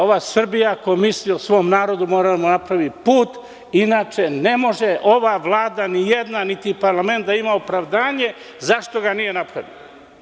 Ova Srbija ako misli o svom narodu, mora da napravi put, inače ne može ova Vlada, ni jedna, niti parlament da ima opravdanje zašto ga nije napravio.